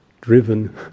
driven